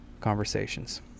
conversations